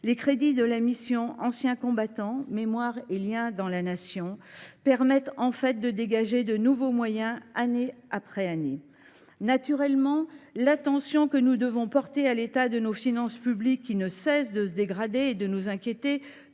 les crédits de la mission « Anciens combattants, mémoire et liens avec la Nation » permettent en fait de dégager de nouveaux moyens année après année. Naturellement, l’attention que nous devons porter à l’état de nos finances publiques, qui ne cessent de se dégrader et de nous inquiéter,